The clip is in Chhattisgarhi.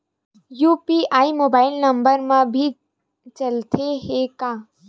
यू.पी.आई मोबाइल नंबर मा भी चलते हे का?